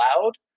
loud